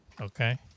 Okay